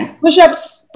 Push-ups